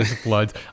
floods